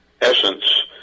essence